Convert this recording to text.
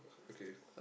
okay